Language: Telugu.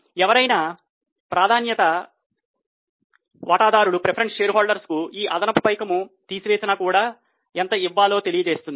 ఎవరైనా ప్రాధాన్యత వాటాదారులుకు ఈ అదనపు పైకము తీసివేసినా కూడా ఎంత ఇవ్వాలో తెలియజేస్తుంది